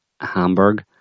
Hamburg